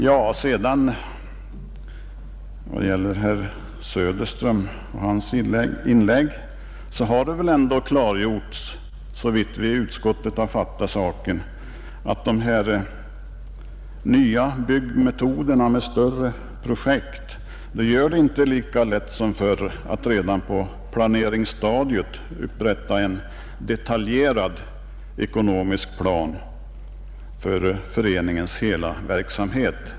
Vad beträffar herr Söderströms inlägg vill jag säga att såvitt vi inom utskottet fattat saken har det väl ändå klargjorts att de nya byggmetoderna med större projekt gör att det inte är lika lätt som förut att redan på planeringsstadiet upprätta en detaljerad ekonomisk plan för föreningens hela verksamhet.